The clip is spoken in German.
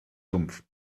sumpf